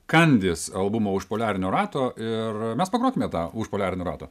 kandis albumo už poliarinio rato ir mes pagrokime tą už poliarinio rato